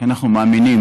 כי אנחנו מאמינים